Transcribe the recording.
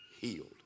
healed